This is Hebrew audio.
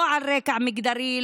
לא על רגע מגדרי,